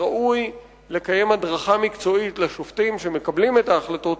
וראוי לקיים הדרכה מקצועית לשופטים שמקבלים את ההחלטות